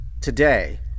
today